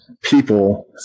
people